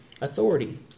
authority